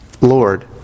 Lord